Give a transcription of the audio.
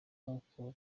nk’uko